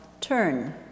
turn